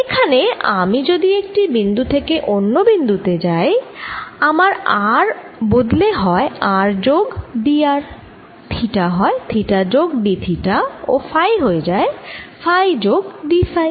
এখানে আমি যদি একটি বিন্দু থেকে অন্য বিন্দু তে যাই আমার r বদলে হয় r যোগ d r থিটা হয় থিটা যোগ d থিটা ও ফাই হয়ে যায় ফাই যোগ d ফাই